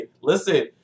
listen